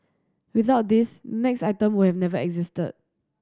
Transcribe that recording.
without this next item will never existed